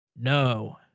No